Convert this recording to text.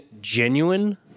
genuine